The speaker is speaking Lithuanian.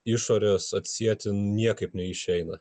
išorės atsieti niekaip neišeina